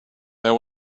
there